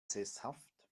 sesshaft